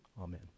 Amen